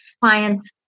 clients